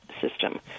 system